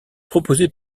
proposée